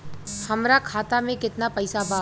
हमरा खाता मे केतना पैसा बा?